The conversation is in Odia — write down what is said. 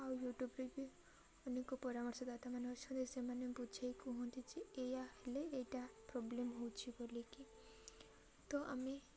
ଆଉ ୟୁଟ୍ୟୁବ୍ରେ ବି ଅନେକ ପରାମର୍ଶ ଦାତା ମାନେ ଅଛନ୍ତି ସେମାନେ ବୁଝେଇ କୁହନ୍ତି ଯେ ଏଇୟା ହେଲେ ଏଇଟା ପ୍ରୋବ୍ଲେମ୍ ହେଉଛି ବୋଲିକି ତ ଆମେ